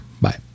Bye